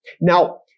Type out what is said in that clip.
Now